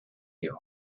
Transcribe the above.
you